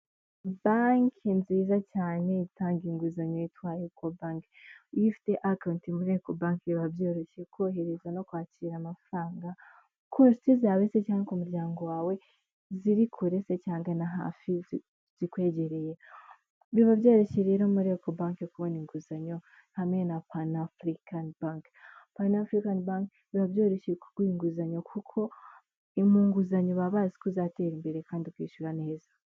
Banke nziza cyane itanga inguzanyo yitwa Eco banke, iyo ifite akawunti muri eco bank biba byoroshye korohereza no kwakira amafaranga ku nshuti zawe cyangwa umuryango wawe ziri kure se cyangwa na hafi zikwegereye. Biba byeroshye rero muri ecobanke kubona inguzanyo hamwe na Panafurikani biba byoroshye kuguha inguzanyo kuko mu nguzanyo baba bazi ko uzatera imbere kandi ukishyura neza.